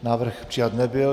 Návrh přijat nebyl.